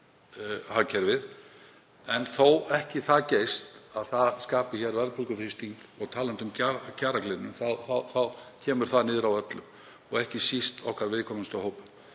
en þó ekki það geyst að það skapi hér verðbólguþrýsting. Og talandi um kjaragliðnun þá kemur það niður á öllum og ekki síst okkar viðkvæmustu hópum.